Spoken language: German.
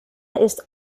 ist